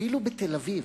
אפילו בתל-אביב,